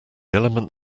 element